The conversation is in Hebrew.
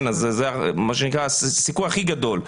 זה מה שנקרא סיכוי הכי גדול.